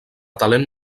talent